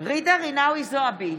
ג'ידא רינאוי זועבי,